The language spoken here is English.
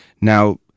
Now